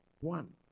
one